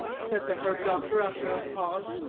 said the herb-doctor, after a pause,